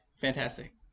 Fantastic